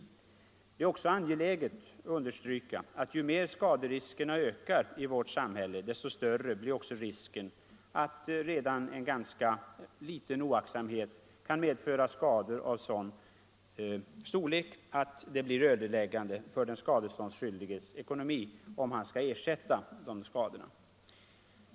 Det är också angeläget att understryka att ju mer skaderiskerna ökar i vårt samhälle desto större är risken att redan en ganska liten oaktsamhet kan medföra skador av sådan storlek att det blir ödeläggande för den skadeståndsskyldiges ekonomi om han skall ersätta skadorna.